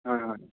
হয় হয়